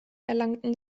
erlangten